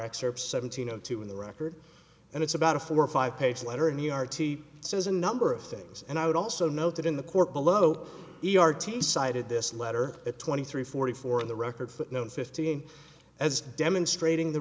excerpts seventeen o two in the record and it's about a four or five page letter in the r t says a number of things and i would also note that in the court below e r team cited this letter at twenty three forty four in the record footnote fifteen as demonstrating the